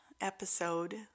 episode